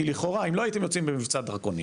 כי לכאורה, אם לא הייתם יוצאי במבצע דרכונים,